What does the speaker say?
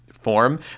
form